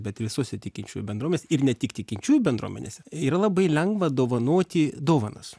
bet visose tikinčiųjų bendruomenės ir ne tik tikinčiųjų bendruomenėse yra labai lengva dovanoti dovanas